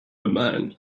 man